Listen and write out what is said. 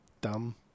dumb